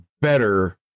Better